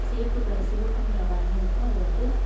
சேப்பு கலர் சிவப்பு மிளகாய்னு இருக்கும் அது வந்து